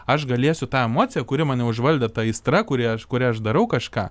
aš galėsiu tą emociją kuri mane užvaldė ta aistra kuri kuria aš darau kažką